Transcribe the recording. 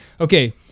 Okay